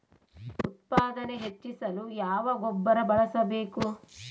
ಉತ್ಪಾದನೆ ಹೆಚ್ಚಿಸಲು ಯಾವ ಗೊಬ್ಬರ ಬಳಸಬೇಕು?